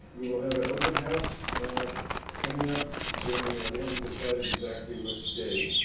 we will have an open house coming up during yeah we haven't decided exactly which day,